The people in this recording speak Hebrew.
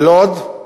בלוד זה נכשל,